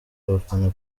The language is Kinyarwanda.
abafana